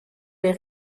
les